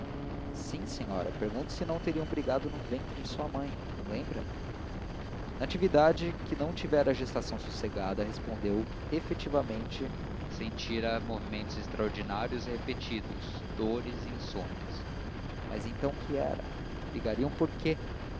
sim senhora pergunto se não teriam brigado no ventre de sua mãe não se lembra natividade que não tivera a gestação sossegada respondeu que efetivamente sentira movimentos extraordinários repetidos e dores e insônias mas então que era brigariam por